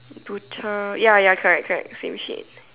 butcher ya ya correct same shade